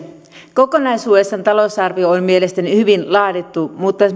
kokonaisuudessaan talousarvio on mielestäni hyvin laadittu mutta